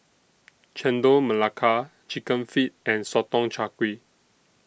Chendol Melaka Chicken Feet and Sotong Char Kway